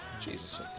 Jesus